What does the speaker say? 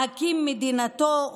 להקים את מדינתו,